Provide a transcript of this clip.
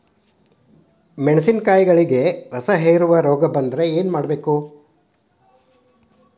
ಮೆಣಸಿನಕಾಯಿಗಳಿಗೆ ರಸಹೇರುವ ರೋಗ ಬಂದರೆ ಏನು ಮಾಡಬೇಕು?